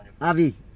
Avi